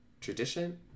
tradition